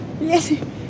Yes